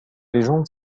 légendes